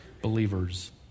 believers